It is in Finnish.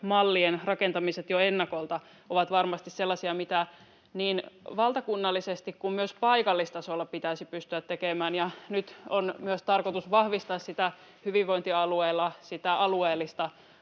rakentamiset jo ennakolta ovat varmasti sellaisia, mitä niin valtakunnallisesti kuin myös paikallistasolla pitäisi pystyä tekemään, ja nyt on myös tarkoitus vahvistaa hyvinvointialueilla sitä alueellista